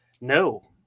No